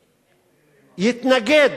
יתנגד,